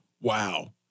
Wow